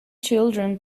children